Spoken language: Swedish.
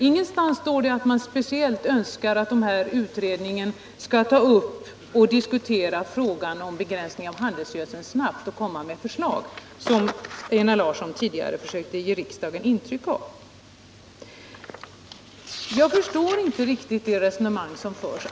Ingenstans står det att man speciellt önskar att utredningen snabbt skall ta upp och diskutera en begränsning av användningen av handelsgödsel samt komma med ett förslag, vilket Einar Larsson tidigare försökte ge riksdagen ett intryck av. Jag förstår inte riktigt det resonemang som förs.